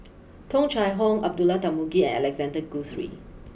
Tung Chye Hong Abdullah Tarmugi and Alexander Guthrie